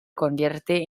convierte